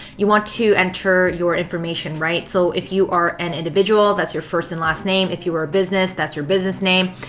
you want to enter your information, right? so if you are an individual, that's your first and last name. if you are a business, that's your business name.